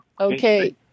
Okay